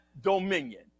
dominion